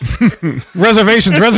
Reservations